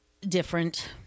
different